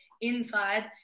inside